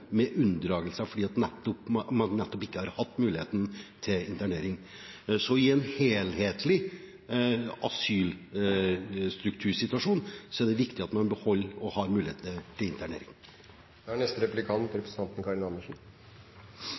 med unndragelse fordi man nettopp ikke har hatt muligheten til internering. Så i en helhetlig i asylstruktursituasjon er det viktig at man beholder muligheten til internering. Jeg tror jeg skal starte med å gi statsråden litt ros. Det er